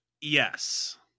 Yes